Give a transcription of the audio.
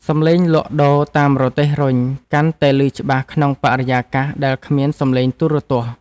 សំឡេងលក់ដូរតាមរទេះរុញ កាន់តែឮច្បាស់ក្នុងបរិយាកាសដែលគ្មានសំឡេងទូរទស្សន៍។